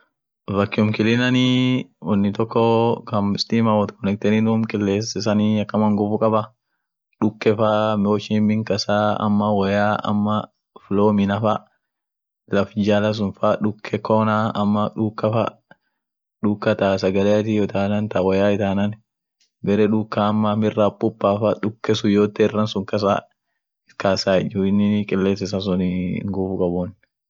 hea drayan kunii, inin huji inmidaasu rifees baa jiid fa au rifees baa wot mamarete jiid fa. iskan gagardiige duum bisaan suunen gose. rifees woin jiid rifes woin gudioafa, woin haraka hingon hea draya kaant gosai. mal kas kaenin mashiine sun itbobeesenit hingosai.